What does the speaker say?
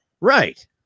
Right